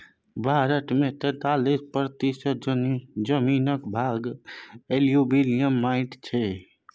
भारत मे तैतालीस प्रतिशत जमीनक भाग एलुयुबियल माटि छै